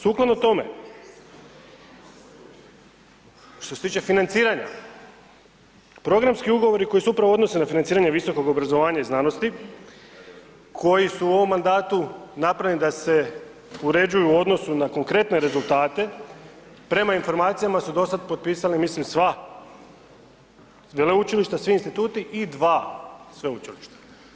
Sukladno tome, što se tiče financiranja, programski ugovori koji se upravo odnose na financiranje visokog obrazovanja i znanosti koji su u ovom mandatu napravljeni da se uređuju u odnosu na konkretne rezultate, prema informacijama su do sada potpisali mislim sva veleučilišta, svi instituti i dva sveučilišta.